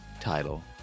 title